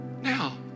Now